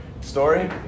story